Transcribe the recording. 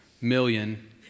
million